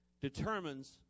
determines